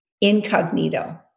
incognito